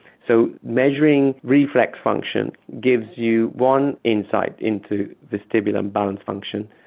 so measuring reflex function gives you one insight into vestibular imbalance function,